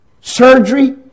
Surgery